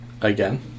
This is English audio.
again